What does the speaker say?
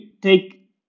take